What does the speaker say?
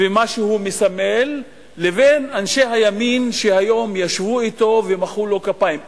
ומה שהוא מסמל לבין אנשי הימין שהיום ישבו אתו ומחאו לו כפיים.